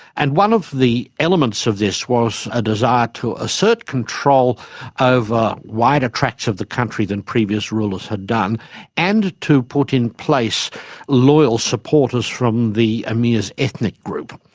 and one of the elements of this was a desire to assert control over ah wider tracts of the country than previous rulers had done and to put in place loyal supporters from the emir's ethnic group.